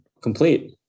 complete